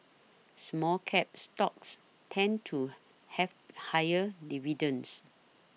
Small Cap stocks tend to have higher dividends